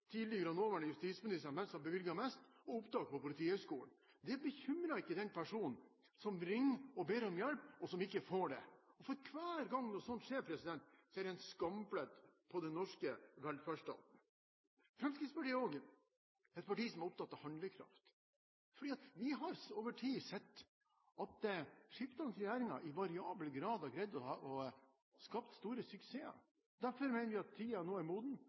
tidligere og nåværende justisminister om hvem som bevilget mest og om opptak på Politihøgskolen. Det bekymrer ikke den personen som ringer og ber om hjelp, og som ikke får det. For hver gang noe sånt skjer, er det en skamplett på den norske velferdsstaten. Fremskrittspartiet er også et parti som er opptatt av handlekraft, fordi vi over tid har sett at skiftende regjeringer i variabel grad har greid å skape store suksesser. Derfor mener vi at tiden nå er moden